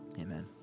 Amen